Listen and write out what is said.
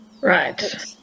Right